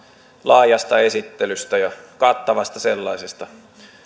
laajasta esittelystä ja kattavasta sellaisesta